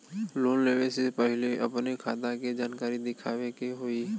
Loan लेवे से पहिले अपने खाता के जानकारी दिखावे के होई?